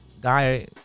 guy